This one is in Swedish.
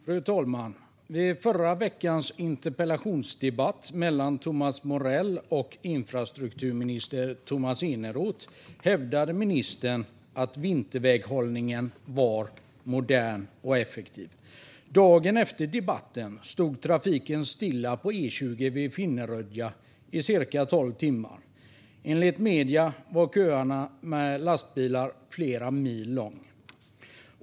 Fru talman! Vid förra veckans interpellationsdebatt mellan Thomas Morell och infrastrukturminister Tomas Eneroth hävdade ministern att vinterväghållningen är modern och effektiv. Dagen efter debatten stod trafiken stilla på E20 vid Finnerödja i cirka tolv timmar. Enligt medierna var kön med lastbilar flera mil lång.